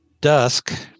dusk